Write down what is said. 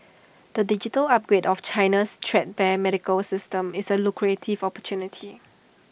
the digital upgrade of China's threadbare medical system is A lucrative opportunity